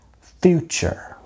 future